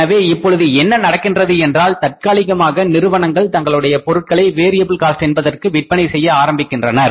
எனவே இப்பொழுது என்ன நடக்கின்றது என்றால் தற்காலிகமாக நிறுவனங்கள் தங்களுடைய பொருட்களை வேரியபுள் காஸ்ட் என்பதற்கு விற்பனை செய்ய ஆரம்பிக்கின்றனர்